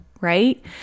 right